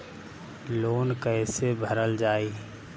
Loan कैसे भरल जाइ?